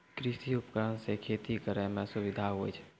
कृषि उपकरण से खेती करै मे सुबिधा हुवै छै